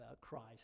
Christ